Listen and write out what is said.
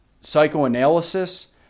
psychoanalysis